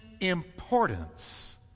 importance